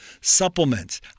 Supplements